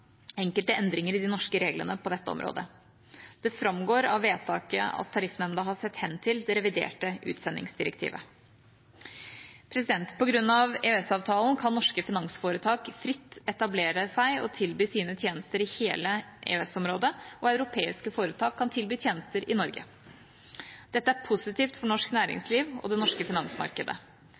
enkelte endringer i de norske reglene på dette området. Det framgår av vedtaket at Tariffnemnda har sett hen til det reviderte utsendingsdirektivet. På grunn av EØS-avtalen kan norske finansforetak fritt etablere seg og tilby sine tjenester i hele EØS-området, og europeiske foretak kan tilby tjenester i Norge. Dette er positivt for norsk næringsliv og det norske finansmarkedet.